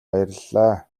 баярлалаа